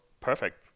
perfect